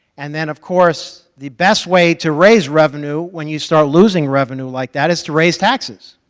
and then, of course, the best way to raise revenue when you start losing revenue like that is to raise taxes,